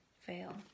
Fail